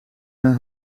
een